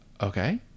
Okay